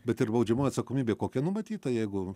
bet ir baudžiamoji atsakomybė kokia numatyta jeigu